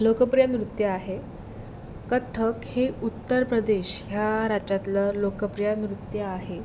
लोकप्रिय नृत्य आहे कथ्थक हे उत्तर प्रदेश ह्या राज्यातलं लोकप्रिय नृत्य आहे